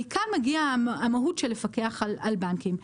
מכאן מגיעה המהות של הפיקוח על הבנקים.